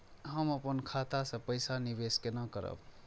हम अपन खाता से पैसा निवेश केना करब?